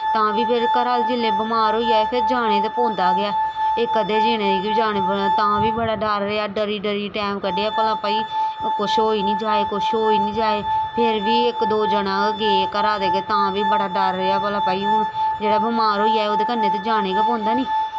तां बी घरा दे जिसले बमार होई जाए फिर जाने ते पौंदा गै ऐ इक अद्धे जने गी गै जने तां बी बड़ा डर रेहा डरी डरी टैम कड्ढेआ भला भाई कुछ होई नेईं जाए कुछ होई नेईं जाए फिर बी इक दे जना गै गे घरा दे तां बी बड़ा डर रेहा भला भाई हून जेह्ड़ा बमार होई जाए ते ओह्दे कन्नै ते जाना गै पौंदा नी